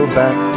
back